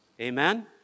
Amen